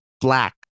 Black